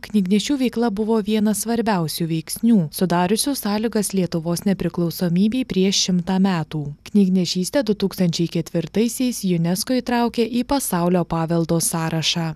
knygnešių veikla buvo vienas svarbiausių veiksnių sudariusių sąlygas lietuvos nepriklausomybei prieš šimtą metų knygnešystę du tūkstančiai ketvirtaisiais jūnesko įtraukė į pasaulio paveldo sąrašą